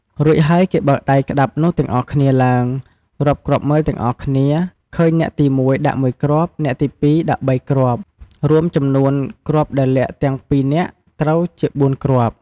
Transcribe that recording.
រួចហើយគេបើកដៃក្តាប់នោះទាំងអស់គ្នាឡើង រាប់គ្រាប់មើលទាំងអស់គ្នា ឃើញអ្នកទី ១ ដាក់ ១ គ្រាប់ អ្នកទី ២ ដាក់ ៣ គ្រាប់ រួមចំនួនគ្រាប់ដែលលាក់ទាំង ២ នាក់ ត្រូវជា ៤ គ្រាប់។